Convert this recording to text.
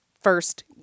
first